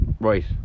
right